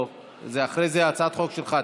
אחרי זה הצעת החוק שלך,